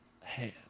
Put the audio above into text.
Hand